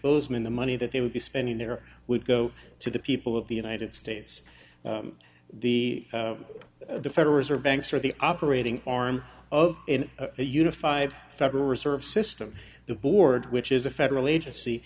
bozeman the money that they would be spending there would go to the people of the united states the federal reserve banks or the operating arm of in a unified federal reserve system the board which is a federal agency